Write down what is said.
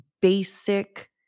basic